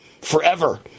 Forever